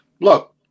look